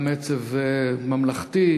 גם עצב ממלכתי.